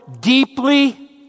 deeply